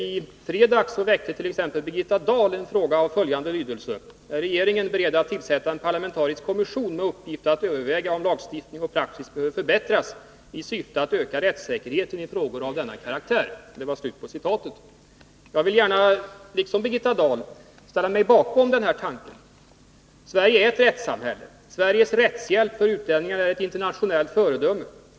I fredags ställde t.ex. Birgitta Dahl en fråga av följande lydelse: ”Är regeringen beredd att tillsätta en parlamentarisk kommission med uppgift att överväga om lagstiftning och praxis behöver förbättras i syfte att öka rättssäkerheten i frågor av denna karaktär?” Jag vill gärna, liksom Birgitta Dahl, ställa mig bakom den tanken. Sverige är ett rättssamhälle. Sveriges rättshjälp för utlänningar är ett internationellt föredöme.